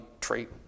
trait